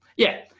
yeah,